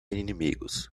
inimigos